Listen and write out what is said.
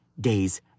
days